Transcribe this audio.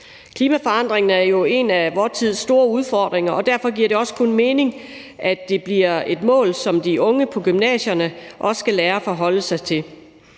Klimaforandring er jo en af vor tids store udfordringer, og derfor giver det også kun mening, at det bliver noget, som de unge på gymnasierne også skal lære at forholde sig til.